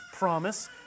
promise